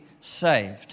saved